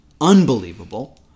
unbelievable